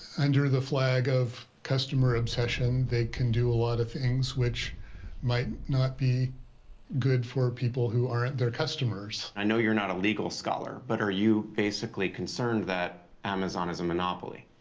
under the flag of customer obsession, they can do a lot of things which might not be good for people who aren't their customers. i know you're not a legal scholar, but are you basically concerned that amazon is a monopoly?